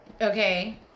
Okay